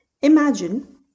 Imagine